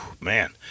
man